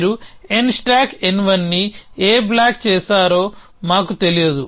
మీరు n stack n1 ని ఏ బ్లాక్ చేస్తారో మాకు తెలియదు